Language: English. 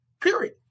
period